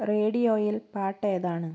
റേഡിയോയിൽ പാട്ട് ഏതാണ്